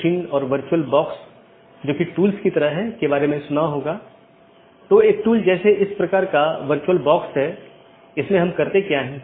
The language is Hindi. इसका मतलब है यह चीजों को इस तरह से संशोधित करता है जो कि इसके नीतियों के दायरे में है